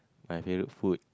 my favourite food